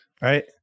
right